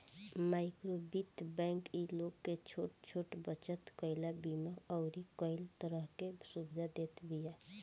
माइक्रोवित्त बैंक इ लोग के छोट छोट बचत कईला, बीमा अउरी कई तरह के सुविधा देत बिया